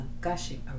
gushing